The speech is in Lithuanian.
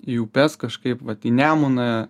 į upes kažkaip vat į nemuną